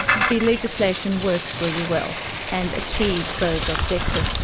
the legislation works really well, and achieves those objectives.